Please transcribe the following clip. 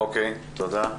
תודה.